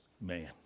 man